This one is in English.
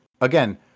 Again